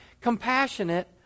compassionate